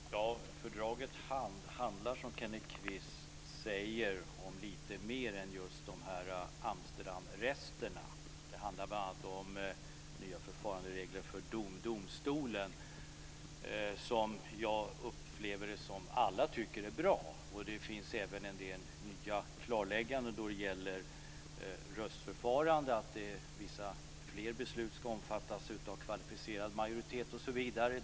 Fru talman! Fördraget handlar, som Kenneth Kvist säger, om lite mer än just Amsterdamresterna. Det handlar bl.a. om nya förfaranderegler för domstolen, som jag upplever att alla tycker är bra. Det finns även en del nya klarlägganden när det gäller röstförfarandet, att fler beslut ska omfattas av kvalificerad majoritet osv.